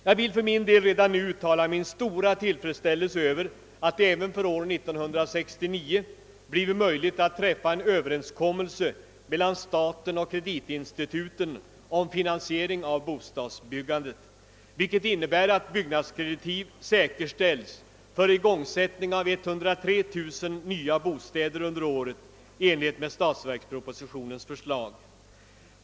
Jag vill dock redan nu uttala min stora tillfredsställelse över att det även för år 1969 blivit möjligt att träffa en överenskommelse mellan staten och kreditinstituten om finansiering av bostadsbyggandet, vilket innebär att byggnadskreditiv säkerställs för igångsättning av 103 000 nya bostäder under året i enlighet med statsverkspropositionens förslag.